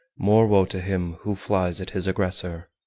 more woe to him who flies at his aggressor!